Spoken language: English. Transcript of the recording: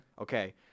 Okay